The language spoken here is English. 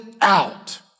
out